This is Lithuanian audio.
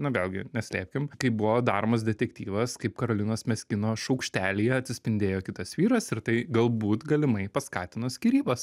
na vėlgi neslėpkim kai buvo daromas detektyvas kaip karolinos meskino šaukštelyje atsispindėjo kitas vyras ir tai galbūt galimai paskatino skyrybas